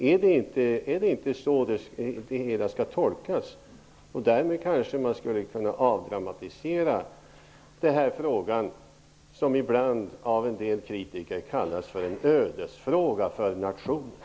Är det inte så det skall tolkas? Därmed kanske man skulle kunna avdramatisera den fråga som av en del kritiker har kallats för en ödesfråga för nationen.